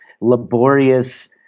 laborious